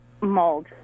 mold